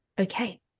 okay